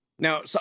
Now